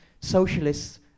socialists